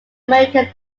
american